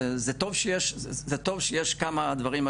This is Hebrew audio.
זה טוב שיש כמה דברים,